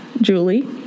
julie